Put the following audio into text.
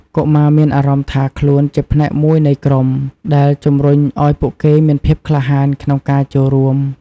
កុមារមានអារម្មណ៍ថាខ្លួនជាផ្នែកមួយនៃក្រុម ដែលជំរុញឲ្យពួកគេមានភាពក្លាហានក្នុងការចូលរួម។